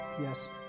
Yes